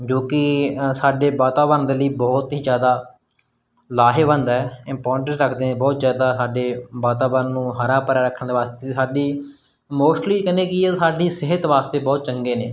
ਜੋ ਕਿ ਸਾਡੇ ਵਾਤਾਵਰਨ ਦੇ ਲਈ ਬਹੁਤ ਹੀ ਜ਼ਿਆਦਾ ਲਾਹੇਵੰਦ ਹੈ ਇੰਪੋਰਟੈਂਸ ਰੱਖਦੇ ਬਹੁਤ ਜ਼ਿਆਦਾ ਸਾਡੇ ਵਾਤਾਵਰਨ ਨੂੰ ਹਰਾ ਭਰਾ ਰੱਖਣ ਦੇ ਵਾਸਤੇ ਸਾਡੀ ਮੋਸਟਲੀ ਕਹਿੰਦੇ ਕਿ ਸਾਡੀ ਸਿਹਤ ਵਾਸਤੇ ਬਹੁਤ ਚੰਗੇ ਨੇ